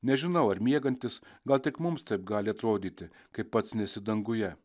nežinau ar miegantis gal tik mums taip gali atrodyti kai pats nesi danguje